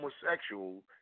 homosexual